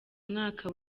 mwaka